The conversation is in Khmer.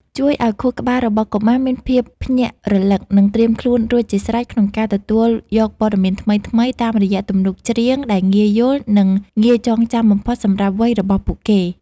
ជួយឱ្យខួរក្បាលរបស់កុមារមានភាពភ្ញាក់រលឹក និងត្រៀមខ្លួនរួចជាស្រេចក្នុងការទទួលយកព័ត៌មានថ្មីៗ តាមរយៈទំនុកច្រៀងដែលងាយយល់ និងងាយចងចាំបំផុតសម្រាប់វ័យរបស់ពួកគេ។